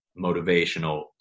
motivational